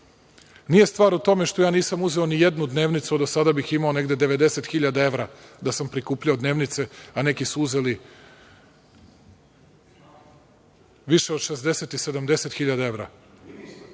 Nije stvar u tome što ja nisam uzeo ni jednu dnevnicu, a do sada bih imao negde 90.000 evra da sam prikupljao dnevnice, a neki su uzeli više od 60.000 i 70.000